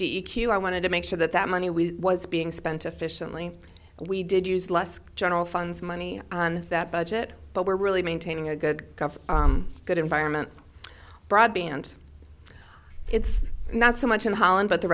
d e q i wanted to make sure that that money we was being spent efficiently we did use less general funds money on that budget but we're really maintaining a good gov good environment broadband it's not so much in holland but the